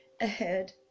ahead